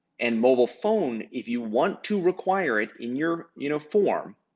and mobile phone, if you want to require it in your you know form,